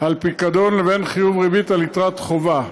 על פיקדון לבין חיוב ריבית על יתרת חובה.